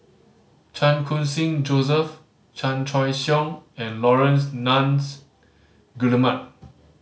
Chan Khun Sing Joseph Chan Choy Siong and Laurence Nunns Guillemard